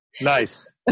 Nice